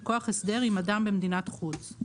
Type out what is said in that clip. מכוח הסדר עם אדם במדינת חוץ,